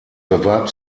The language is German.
bewarb